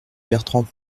bertrand